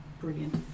Brilliant